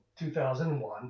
2001